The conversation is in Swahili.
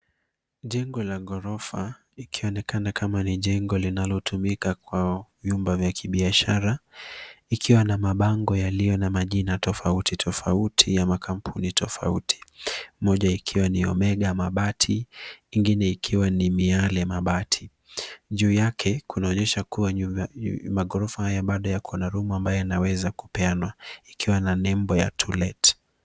Jengo la gorofa likionekana kama ni jengo linalotumika kwa vyumba vya kibiashara, ikiwa na mabango yaliyo na majina tofauti, tofauti ya makampuni tofauti. Moja ikiwa ni Omega Mabati ingine ikiwa ni Miale Mabati. Juu yake kunaonyesha kuwa magorofa hayo bado yako na room ambayo yanaweza kupeanwa ikiwa na nebo ya To Let .